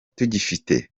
tugifite